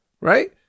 right